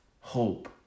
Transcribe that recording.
hope